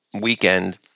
weekend